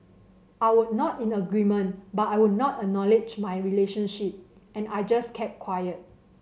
I would nod in agreement but I would not acknowledge my relationship and I just kept quiet